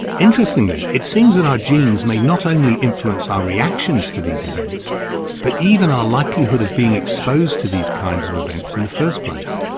interestingly it seems that our genes may not only influence our reactions to these events but even our likelihood of being exposed to these kinds of events in the first place.